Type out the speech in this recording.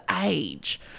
age